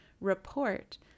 report